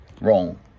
wrong